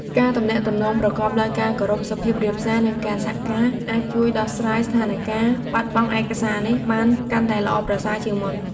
ការទំនាក់ទំនងប្រកបដោយ ការគោរព សុភាពរាបសារ និងការសហការ អាចជួយដោះស្រាយស្ថានការណ៍បាត់បង់ឯកសារនេះបានកាន់តែល្អប្រសើរជាងមុន។